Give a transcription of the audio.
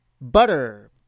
Butter